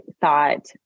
thought